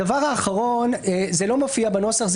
הדבר האחרון זה לא מופיע בנוסח,